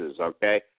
okay